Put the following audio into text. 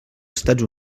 estats